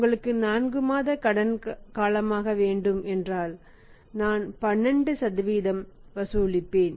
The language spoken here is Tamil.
உங்களுக்கு 4 மாதங்கள் கடன் காலமாக வேண்டும் என்றால் நான்12 வட்டி வசூலிப்பேன்